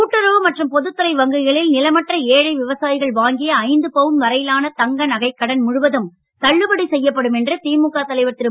கூட்டுறவு மற்றும் பொதுத்துறை வங்கிகளில் நிலமற்ற ஏழை விவசாயிகள் வாங்கிய ஐந்து பவுன் வரையிலான தங்க நகைக் கடன் முழுவதும் தள்ளுபடி செய்யப்படும் என்று திமுக தலைவர் திரு